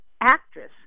actress